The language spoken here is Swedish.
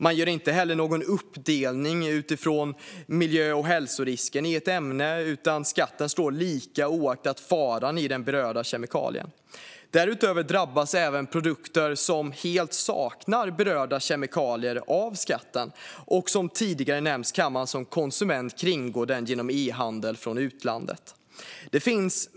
Man gör inte heller någon uppdelning utifrån miljö och hälsorisken i ett ämne, utan skatten är lika oavsett faran i den berörda kemikalien. Därutöver drabbas även produkter som helt saknar berörda kemikalier av skatten. Som tidigare nämnts kan en konsument kringgå skatten genom e-handel från utlandet.